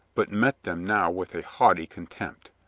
but met them now with a haughty contempt.